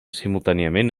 simultàniament